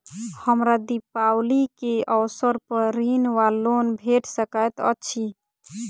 हमरा दिपावली केँ अवसर पर ऋण वा लोन भेट सकैत अछि?